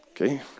Okay